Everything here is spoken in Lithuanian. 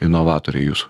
inovatoriai jūs